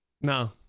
no